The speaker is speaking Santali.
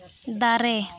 ᱫᱟᱨᱮ